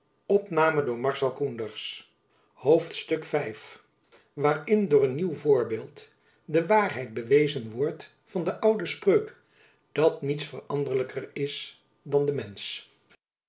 waarin door een nieuw voorbeeld de waarheid bewezen wordt van de oude spreuk dat niets veranderlijker is dan de mensch